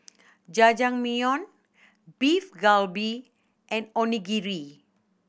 Jajangmyeon Beef Galbi and Onigiri